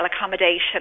accommodation